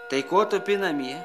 tai ko tupi namie